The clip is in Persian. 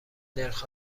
نرخ